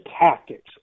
tactics